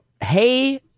hey